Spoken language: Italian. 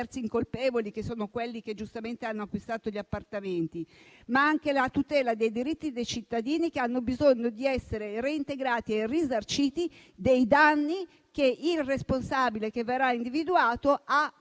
incolpevoli che sono quelli che giustamente hanno acquistato gli appartamenti, ma anche la tutela dei diritti dei cittadini che hanno bisogno di essere reintegrati e risarciti dei danni che il responsabile che verrà individuato ha